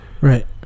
Right